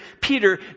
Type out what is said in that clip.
Peter